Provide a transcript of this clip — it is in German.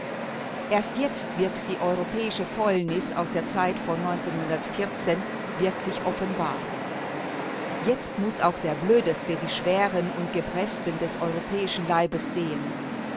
erst jetzt wird die europäische fäulnis aus der zeit vor wirklich offenbar jetzt muß auch der blödeste die schwären und gebresten des europäischen leibes sehen